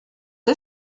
est